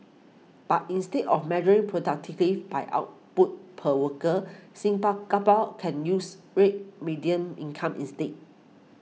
but instead of measuring productivity by output per worker can use real median income instead